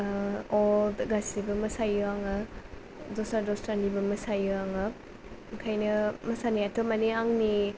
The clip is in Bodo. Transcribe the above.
अल गासिबो मोसायो आङो दस्रा दस्रानिबो मोसायो आङो ओंखायनो मोसानाथ' माने आंनि